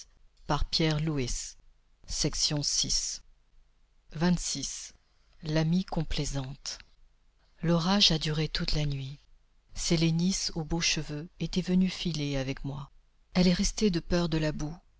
l'amie complaisante l'orage a duré toute la nuit sélénis aux beaux cheveux était venue filer avec moi elle est restée de peur de la boue